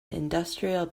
industrial